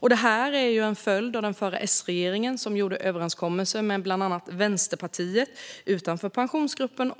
Det är en följd av att den förra S-regeringen gjorde överenskommelser med bland annat Vänsterpartiet om pensionerna utanför Pensionsgruppen.